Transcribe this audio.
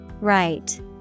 Right